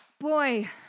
Boy